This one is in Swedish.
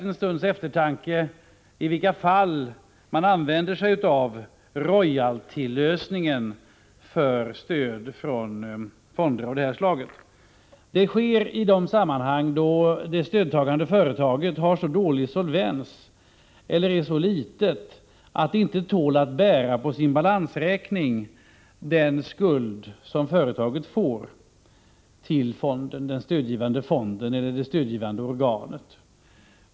Frågan om i vilka fall man använder sig av royaltylösningen för stöd från fonder av det här slaget är värd en stunds eftertanke. Royaltyavtal tillämpas i de sammanhang då det stödtagande företaget har så dålig solvens eller är så litet att det inte tål att belasta sin balansräkning med den skuld som företaget får till den stödgivande fonden eller det stödgivande organet.